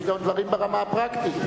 יש גם דברים ברמה הפרקטית,